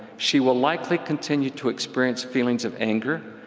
she will likely continue to experience feelings of anger,